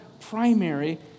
primary